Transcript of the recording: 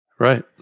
Right